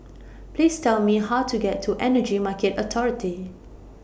Please Tell Me How to get to Energy Market Authority